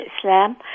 Islam